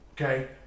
Okay